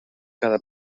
cada